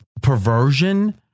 Perversion